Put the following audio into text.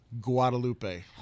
Guadalupe